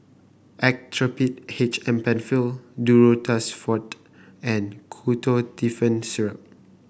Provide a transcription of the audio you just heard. Actrapid H M Penfill Duro Tuss Forte and Ketotifen Syrup